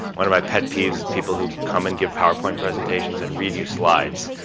one of my pet peeves is people who come and give powerpoint presentations and read you slides.